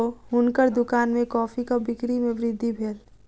हुनकर दुकान में कॉफ़ीक बिक्री में वृद्धि भेल